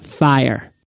Fire